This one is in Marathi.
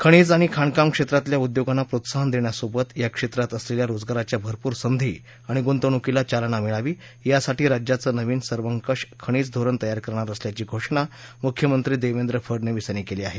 खनिज आणि खाणकाम क्षेत्रातल्या उद्योगांना प्रोत्साहन देण्यासोबत या क्षेत्रात असलेल्या रोजगाराच्या भरपूर संधी आणि गुंतवणूकीला चालना मिळावी यासाठी राज्याचं नवीन सर्वंकष खनिज धोरण तयार करणार असल्याची घोषणा मुख्यमंत्री देवेंद्र फडनवीस यांनी केली आहे